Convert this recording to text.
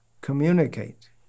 communicate